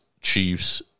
Chiefs